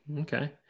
Okay